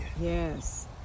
Yes